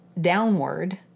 downward